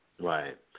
Right